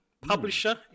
publisher